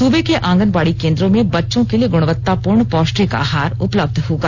सूबे के आंगनबाड़ी केंद्रों में बच्चों के लिए गुणवतापूर्ण पौष्टिक आहार उपलब्ध होगा